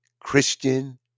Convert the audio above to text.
christian